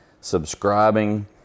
subscribing